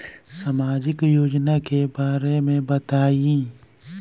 सामाजिक योजना के बारे में बताईं?